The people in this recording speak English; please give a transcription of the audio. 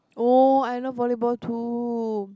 oh I love volleyball too